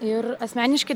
ir asmeniški